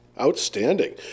Outstanding